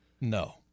No